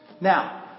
now